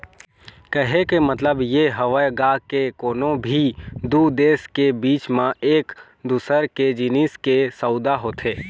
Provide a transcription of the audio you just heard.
कहे के मतलब ये हवय गा के कोनो भी दू देश के बीच म एक दूसर के जिनिस के सउदा होथे